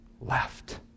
left